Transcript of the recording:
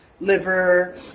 liver